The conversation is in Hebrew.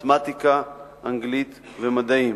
מתמטיקה, אנגלית ומדעים.